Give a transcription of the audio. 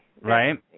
Right